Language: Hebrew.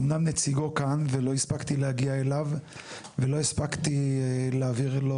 אמנם נציגו כאן ולא הספקתי להגיע אליו ולא הספקתי להעביר לו